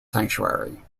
sanctuary